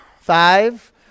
Five